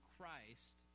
Christ